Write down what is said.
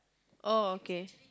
oh okay